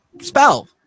spell